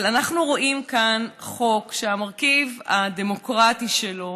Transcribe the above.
אבל אנחנו רואים כאן חוק שהמרכיב הדמוקרטי שלו